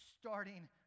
starting